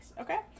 okay